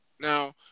Now